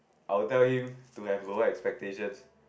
I will tell him to have lower expectations